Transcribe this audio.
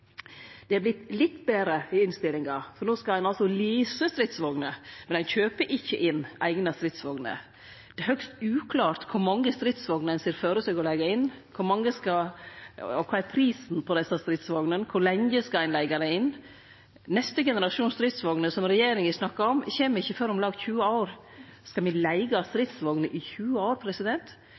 Det har vorte litt betre i innstillinga, for no skal ein altså lease stridsvogner, men ein kjøper ikkje inn eigna stridsvogner. Det er høgst uklart kor mange stridsvogner ein ser føre seg å leige inn. Kva er prisen på desse stridsvognene? Kor lenge skal ein leige dei inn? Neste generasjons stridsvogner, som regjeringa snakkar om, kjem ikkje før om om lag 20 år. Skal me leige stridsvogner i 20 år?